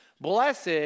Blessed